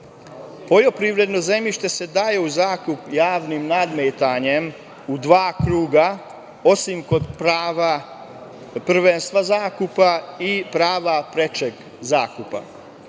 Poljoprivredno zemljište se daje u zakup javnim nadmetanjem u dva kruga, osim kod prava prvenstva zakupa i prava prečeg zakupa.